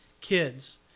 kids